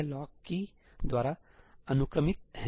यह लॉक की द्वारा अनुक्रमित है